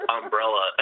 umbrella